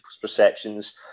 perceptions